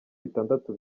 bitandatu